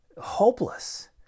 hopeless